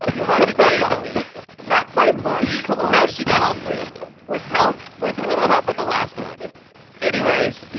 ah you won the game, elise not by much. come on no, she got all three of them with help with a little help with the last one anyways,